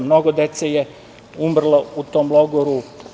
Mnogo dece je umrlo u tom logoru.